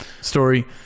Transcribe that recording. story